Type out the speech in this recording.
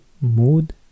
Mood